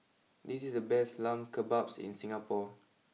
this is the best Lamb Kebabs in Singapore